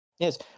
Yes